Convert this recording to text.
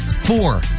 Four